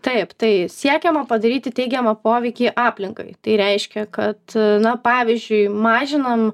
taip tai siekiama padaryti teigiamą poveikį aplinkai tai reiškia kad na pavyzdžiui mažinam